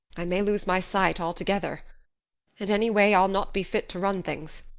i may lose my sight altogether and anyway i'll not be fit to run things.